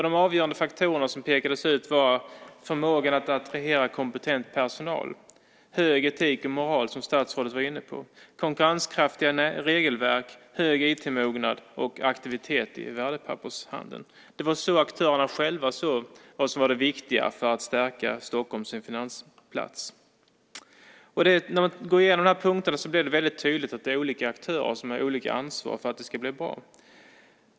De avgörande faktorerna som pekades ut var förmågan att attrahera kompetent personal, hög etik och moral, som statsrådet var inne på, konkurrenskraftiga regelverk, hög IT-mognad och aktivitet i värdepappershandeln. Det var så aktörerna själva såg vad som var det viktiga för att stärka Stockholm som finansplats. När man går igenom de här punkterna blir det väldigt tydligt att det är olika aktörer som har olika ansvar för att det ska bli bra.